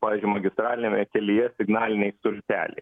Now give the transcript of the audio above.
pavyzdžiui magistraliniame kelyje signaliniai stulpeliai